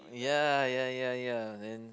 ya ya ya ya and